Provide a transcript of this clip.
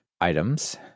items